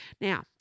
Now